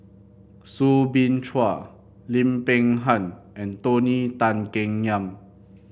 Soo Bin Chua Lim Peng Han and Tony Tan Keng Yam